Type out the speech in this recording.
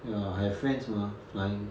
ya I have friends mah flying